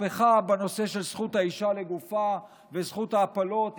בנושא של זכות האישה על גופה וזכות ההפלות,